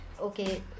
okay